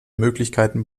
möglichkeiten